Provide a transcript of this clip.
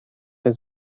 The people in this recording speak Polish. się